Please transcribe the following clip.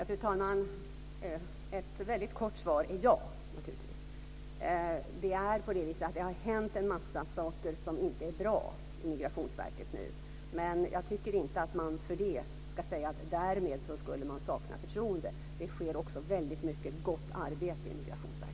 Fru talman! Jag har ett kort svar: Ja, naturligtvis. Det har hänt en massa saker som inte är bra i Migrationsverket, men jag tycker inte att man därmed kan säga att man saknar förtroende. Det utförs också väldigt mycket gott arbete i Migrationsverket.